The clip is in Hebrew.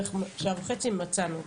שעה וחצי מצאנו אותה.